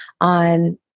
on